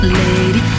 lady